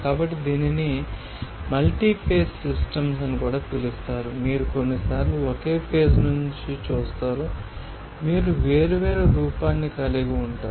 కాబట్టి దీనిని multi phase systems లు అని పిలుస్తారు మీరు కొన్నిసార్లు ఒకే ఫేజ్ నుండి చూస్తారు మీరు వేర్వేరు రూపాన్ని కలిగి ఉంటారు